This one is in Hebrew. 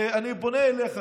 ואני פונה אליך,